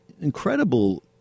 incredible